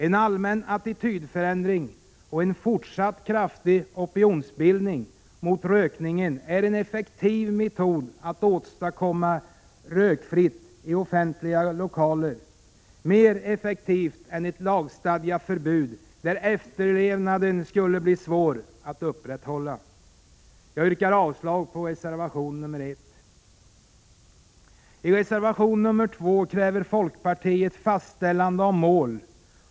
En fortsatt kraftig opinionsbildning för en allmän attitydförändring gentemot rökningen är en effektiv metod att åstadkomma rökfria offentliga lokaler, mer effektiv än ett lagstadgat förbud, vars efterlevnad skulle bli svår att upprätthålla. Jag yrkar avslag på reservation nr 1. I reservation nr 2 kräver folkpartiet fastställande av mål.